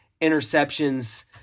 interceptions